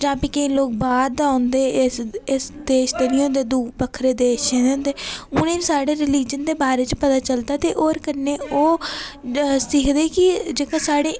जां फ्ही केईं लोक बाह्र दा औंदे इस इस देश दे निं होंदे दूए बक्खरे देशें दे होंदे उ'नेंगी साढ़े रिलिजन दे बारे च पता चलदा ते होर कन्नै ओह् सिक्खदे कि जेह्का साढ़े